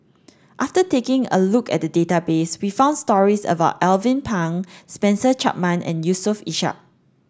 after taking a look at the database we found stories about Alvin Pang Spencer Chapman and Yusof Ishak